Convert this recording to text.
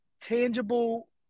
tangible